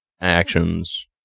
actions